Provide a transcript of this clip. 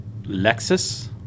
Lexus